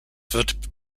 wird